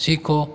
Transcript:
सीखो